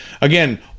Again